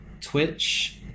twitch